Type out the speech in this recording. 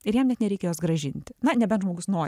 ir jam net nereikia jos grąžinti na nebent žmogus nori